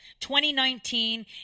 2019